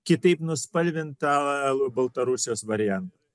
kitaip nuspalvintą baltarusijos variantą